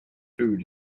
food